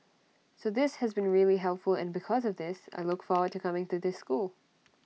so this has been really helpful and because of this I look forward to coming to this school